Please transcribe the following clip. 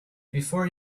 before